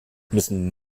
müssen